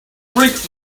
drink